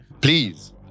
Please